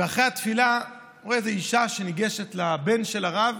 ואחרי התפילה אני רואה אישה שניגשת לבן של הרב